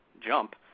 jump